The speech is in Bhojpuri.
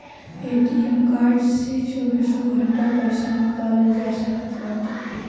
ए.टी.एम कार्ड से चौबीसों घंटा पईसा निकालल जा सकत बाटे